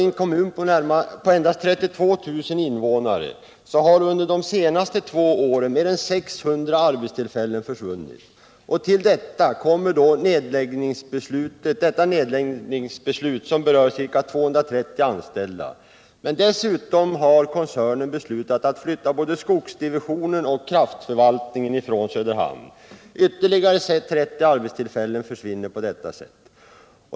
I en kommun med endast 32 000 invånare har under de senaste två åren mer än 600 arbetstillfällen försvunnit. Till detta kommer det här nedläggningsbeslutet som berör ca 230 anställda, men dessutom har koncernen beslutat att flytta både skogsdivisionen och kraftförvaltningen från Söderhamn. Ytterligare ca 30 arbetstillfällen försvinner på detta sätt.